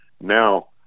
now